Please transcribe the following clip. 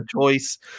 choice